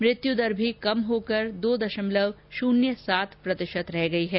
मृत्यु दर भी कम होकर दो दशमलव शून्य सात प्रतिशत रह गई है